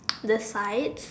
the sides